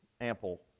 ample